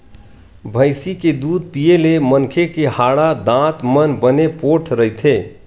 भइसी के दूद पीए ले मनखे के हाड़ा, दांत मन बने पोठ रहिथे